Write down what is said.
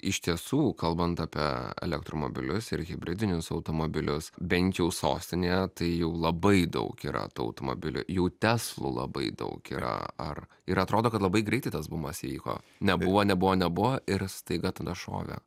iš tiesų kalbant apie elektromobilius ir hibridinius automobilius bent jau sostinėje tai labai daug yra tų automobilių jau teslų labai daug yra ar ir atrodo kad labai greitai tas bumas įvyko nebuvo nebuvo nebuvo ir staiga tada šovė